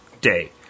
day